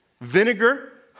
Vinegar